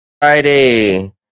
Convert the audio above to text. Friday